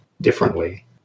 differently